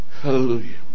Hallelujah